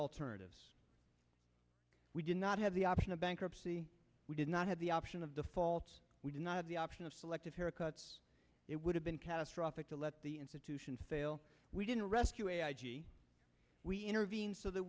alternatives we did not have the option of bankruptcy we did not have the option of default we did not have the option of selective haircuts it would have been catastrophic to let the institutions fail we didn't rescue we intervene so that